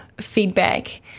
feedback